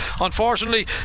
unfortunately